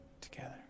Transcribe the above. Together